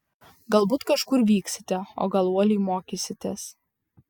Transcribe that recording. galbūt kažkur vyksite o gal uoliai mokysitės